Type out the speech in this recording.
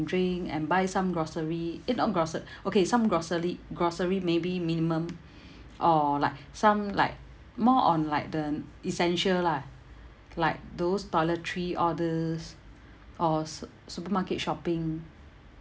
drink and buy some grocery eh not grocer~ okay some grocery grocery maybe minimum or like some like more on like the essential lah like those toiletry all these or s~ supermarket shopping